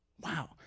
Wow